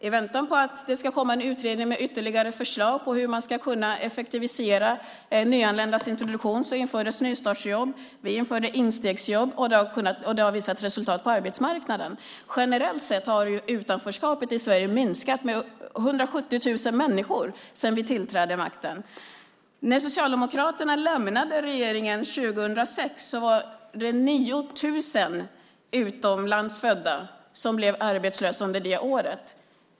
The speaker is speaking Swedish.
I väntan på att det ska komma en utredning med ytterligare förslag på hur man ska kunna effektivisera nyanländas introduktion infördes nystartsjobb. Vi införde instegsjobb. Det har visat resultat på arbetsmarknaden. Generellt sett har utanförskapet i Sverige minskat med 170 000 människor sedan vi tillträdde. Socialdemokraterna lämnade regeringen 2006. Det var 9 000 utomlands födda som blev arbetslösa under det året.